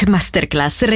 Masterclass